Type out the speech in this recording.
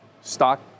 stock